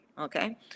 Okay